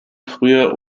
früher